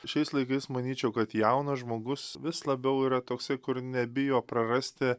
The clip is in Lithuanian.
šiais laikais manyčiau kad jaunas žmogus vis labiau yra toksai kur nebijo prarasti